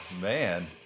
man